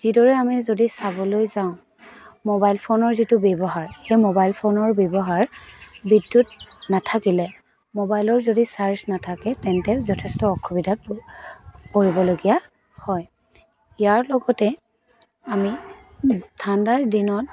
যিদৰে আমি যদি চাবলৈ যাওঁ মোবাইল ফোনৰ যিটো ব্যৱহাৰ সেই মোবাইল ফোনৰ ব্যৱহাৰ বিদ্য়ুত নেথাকিলে মোবাইলৰ যদি চাৰ্জ নাথাকে তেন্তে যথেষ্ট অসুবিধাত পৰিবলগীয়া হয় ইয়াৰ লগতে আমি ঠাণ্ডাৰ দিনত